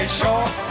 short